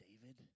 David